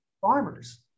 farmers